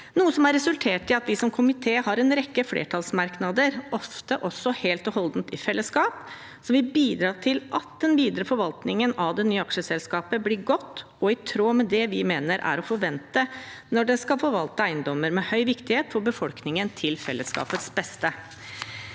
noe som har resultert i at vi som komité har en rekke flertallsmerknader, ofte også helt og holdent i fellesskap, som vil bidra til at den videre forvaltningen av det nye aksjeselskapet blir godt og i tråd med det vi mener er å forvente når en skal forvalte eiendommer av høy viktighet for befolkningen, til fellesskapets beste.